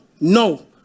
No